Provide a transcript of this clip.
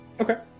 Okay